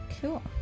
Cool